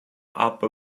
upper